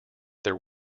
their